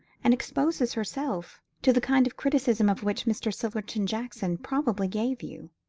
and exposes herself to the kind of criticism of which mr. sillerton jackson probably gave you,